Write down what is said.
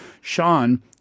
Sean